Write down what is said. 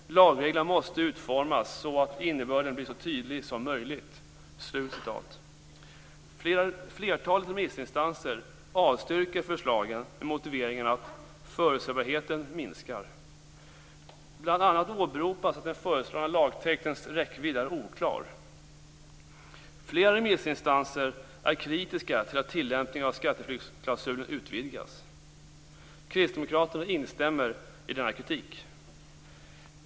Lagreglerna måste utformas så att innebörden blir så tydlig som möjligt." Flertalet remissinstanser avstyrker förslagen med motiveringen att förutsebarheten minskar. Bl.a. åberopas att den föreslagna lagtextens räckvidd är oklar. Flera remissinstanser är kritiska till att tillämpningen av skatteflyktsklausulen utvidgas. Kristdemokraterna instämmer i denna kritik.